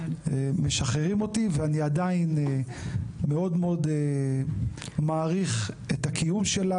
משחררים אותי ואני עדיין מאוד מאוד מעריך את הקיום שלה